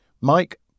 Mike